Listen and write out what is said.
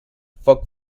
foc